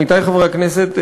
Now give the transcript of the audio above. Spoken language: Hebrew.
עמיתי חברי הכנסת,